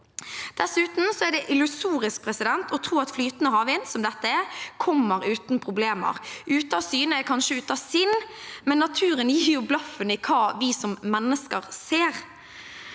Dessuten er det illusorisk å tro at flytende havvind, som dette er, kommer uten problemer. Ute av syne er kanskje ute av sinn, men naturen gir jo blaffen i hva vi som mennesker ser.